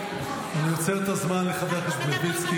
אני עוצר את הזמן לחבר הכנסת מלביצקי.